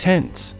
Tense